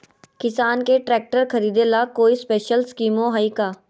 किसान के ट्रैक्टर खरीदे ला कोई स्पेशल स्कीमो हइ का?